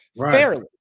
fairly